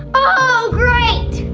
oh great!